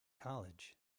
college